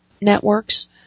networks